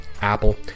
Apple